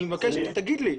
אני מבקש שתגיד לי.